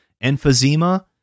emphysema